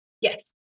Yes